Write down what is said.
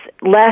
less